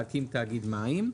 להקים תאגיד מים,